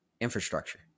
infrastructure